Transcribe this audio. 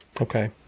okay